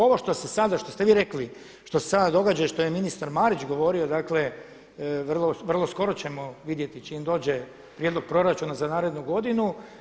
Ovo što se sada, što ste vi rekli što se sada događa i što je ministar Marić govorio, dakle vrlo skoro ćemo vidjeti čim dođe prijedlog proračuna za narednu godinu.